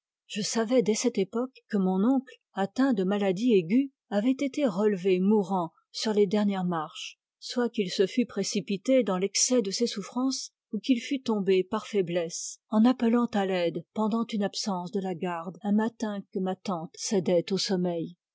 je savais dès cette époque que mon oncle atteint de maladie aiguë avait été relevé mourant sur les dernières marches soit qu'il se fût précipité dans l'excès de ses souffrances ou qu'il fût tombé par faiblesse en appelant à l'aide pendant une absence de la garde un matin que ma tante cédait au sommeil